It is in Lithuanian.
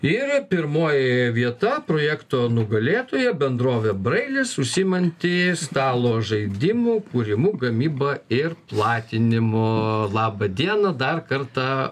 ir pirmoji vieta projekto nugalėtoja bendrovė brailis užsiimanti stalo žaidimų kūrimu gamyba ir platinimu labą dieną dar kartą